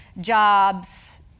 Jobs